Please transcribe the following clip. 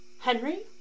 Henry